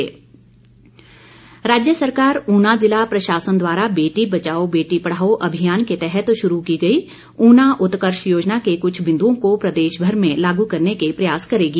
सैजल राज्य सरकार ऊना जिला प्रशासन द्वारा बेटी बचाओ बेटी पढ़ाओ अभियान के तहत शुरू की गई ऊना उत्कर्ष योजना के कुछ बिन्दुओं को प्रदेशभर में लागू करने के प्रयास करेगी